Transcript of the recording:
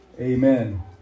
amen